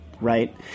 right